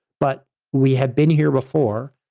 but we have been here before.